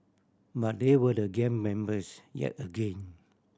but there were the gang members yet again